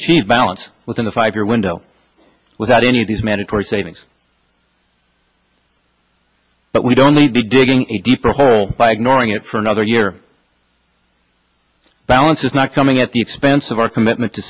achieve balance within a five year window without any of these mandatory savings but we don't need to be digging a deeper hole by ignoring it for another year balance is not coming at the expense of our commitment to